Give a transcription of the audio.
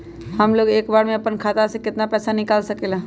हमलोग एक बार में अपना खाता से केतना पैसा निकाल सकेला?